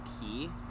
key